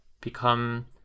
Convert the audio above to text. become